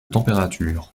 température